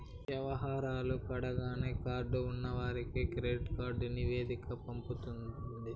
యవహారాలు కడాన కార్డు ఉన్నవానికి కెడిట్ కార్డు నివేదిక పంపుతుండు